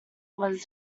was